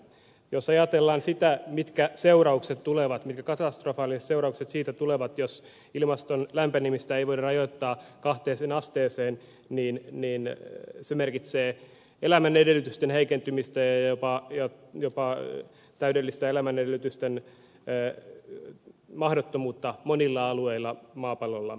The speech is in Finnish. jos ajatellaan sitä mitkä seuraukset tulevat mitkä katastrofaaliset seuraukset siitä tulevat jos ilmaston lämpenemistä ei voida rajoittaa kahteen asteeseen niin se merkitsee elämän edellytysten heikentymistä ja jopa täydellistä elämän edellytysten mahdottomuutta monilla alueilla maapallollamme